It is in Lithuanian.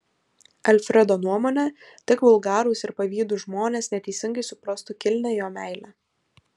alfredo nuomone tik vulgarūs ir pavydūs žmonės neteisingai suprastų kilnią jo meilę